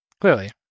clearly